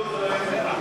בולדוזרים?